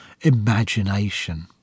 imagination